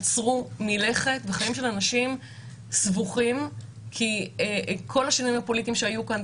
עצרו מלכת וחיים של אנשים סבוכים בגלל כל השינויים הפוליטיים שהיו כאן,